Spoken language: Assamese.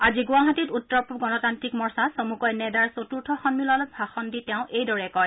আজি গুৱাহাটীত উত্তৰ পূব গণতান্ত্ৰিক মৰ্চা চমুকৈ নেডাৰ চতুৰ্থ সম্মিলনত ভাষন দি তেওঁ এইদৰে কয়